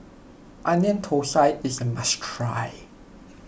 Onion Thosai is a must try